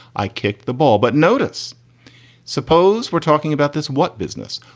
i kicked the ball. but notice suppose we're talking about this. what business?